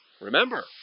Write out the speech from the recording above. Remember